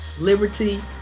liberty